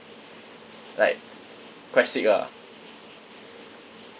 like quite sick ah